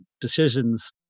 decisions